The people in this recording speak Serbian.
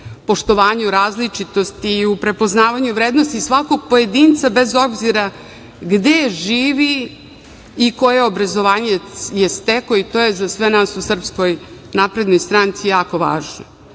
poštovanju različitosti i u prepoznavanju vrednosti svakog pojedinca bez obzira gde živi i koje obrazovanje je stekao i to je za sve nas u SNS jako važno. Nažalost, suočavamo